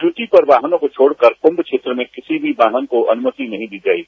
duty पर वाहनों को छोडकर कुंभ क्षेत्र में किसी भी वाहन को अनुमति नहीं दी जाएगी